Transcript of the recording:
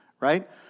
right